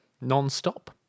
non-stop